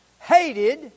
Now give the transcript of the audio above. hated